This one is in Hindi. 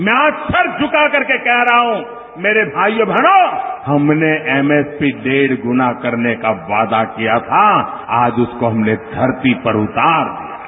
मैं आज सर झुकाकर कह रहा हूं मेरे भाईयों और बहनों हमने एमएसपी डेढ़ गुणा करने का वादा किया था आज उसको हमने धरती पर उतार दिया है